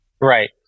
right